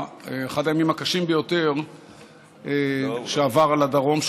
אני חושב שזה אחד הימים הקשים ביותר שעברו על הדרום,